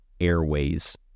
Airways